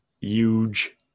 huge